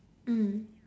mm